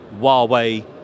huawei